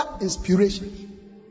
inspiration